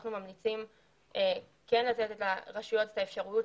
אנחנו ממליצים לתת לרשויות את האפשרות